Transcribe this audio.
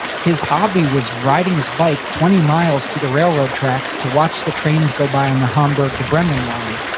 his hobby was riding his bike twenty miles to the railroad tracks to watch the trains go by on the hamburg to bremen line.